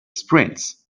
sprints